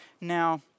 Now